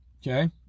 okay